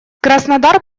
краснодар